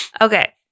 Okay